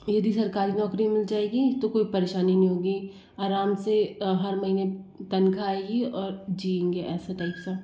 यदि सरकारी नौकरी मिल जाएगी तो कोई परेशानी नहीं होगी आराम से हर महीने तनख्वाह आएगी और जिएंगे ऐसा टाइप का